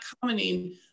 commenting